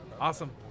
Awesome